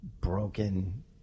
broken